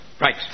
Right